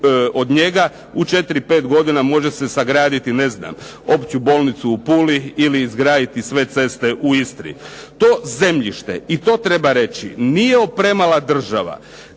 od njega, u četiri, pet godina može se sagraditi opću bolnicu u Puli ili izgraditi sve ceste u Istri. To zemljište, i to treba reći, nije opremala država